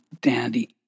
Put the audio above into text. dandy